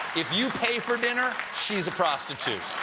if you pay for dinner, she's a prostitute.